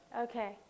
Okay